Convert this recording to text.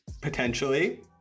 potentially